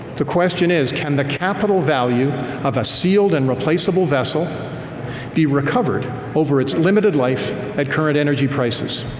the question is can the capital value of a sealed and replaceable vessel be recovered over its limited life, at current energy prices?